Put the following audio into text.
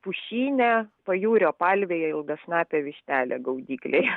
pušyne pajūrio palvėje ilgasnapė vištelė gaudyklėje